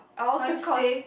how it say